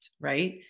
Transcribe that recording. Right